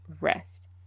rest